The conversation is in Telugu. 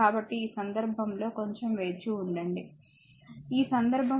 కాబట్టి ఈ సందర్భంలో కొంచెం వేచివుండండి ఈ సందర్భంలో I 3 ఆంపియర్